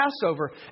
Passover